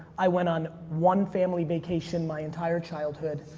i went on one family vacation my entire childhood.